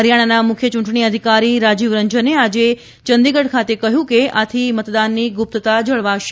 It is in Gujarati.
હરિથાણાના મુખ્ય ચૂંટણી અધિકારી રાજીવ રંજને આજે ચંદીગઢ ખાતે કહ્યું કે આથી મતદાનની ગ્રપ્તતા જળવાશે